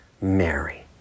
Mary